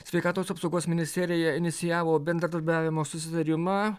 sveikatos apsaugos ministerija inicijavo bendradarbiavimo susitarimą